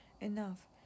enough